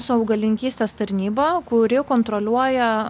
su augalininkystės tarnyba kuri kontroliuoja